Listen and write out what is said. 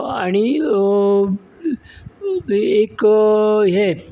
आनी एक हें